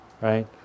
right